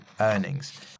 earnings